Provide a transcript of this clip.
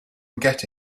get